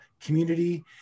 community